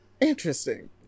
Interesting